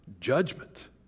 judgment